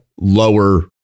lower